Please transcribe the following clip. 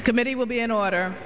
the committee will be an order